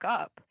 up